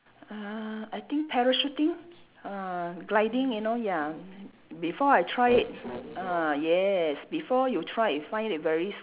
uh I think parachuting uh gliding you know ya before I tried it ah yes before you try you find it very